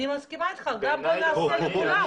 אני מסכימה איתך, בוא נעשה לכולם.